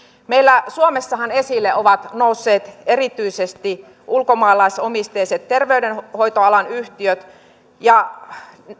meillä suomessahan esille ovat nousseet erityisesti ulkomaalaisomisteiset terveydenhoitoalan yhtiöt ja